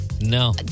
No